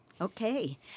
Okay